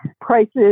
prices